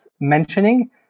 mentioning